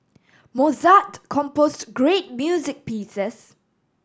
Mozart composed great music pieces